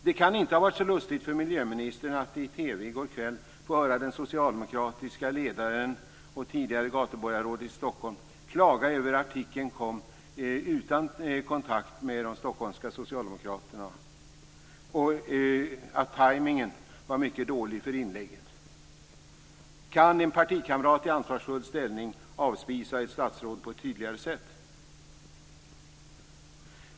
Det kan inte ha varit så lustigt för miljöministern att i TV i går kväll få höra den socialdemokratiska ledaren och tidigare gatuborgarrådet i Stockholm klaga över att artikeln kom utan kontakt med de stockholmska socialdemokraterna och att timingen var mycket dålig för inlägget. Kan en partikamrat i ansvarsfull ställning avspisa ett statsråd på tydligare sätt?